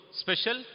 special